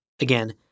Again